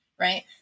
right